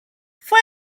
fue